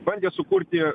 bandė sukurti